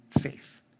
faith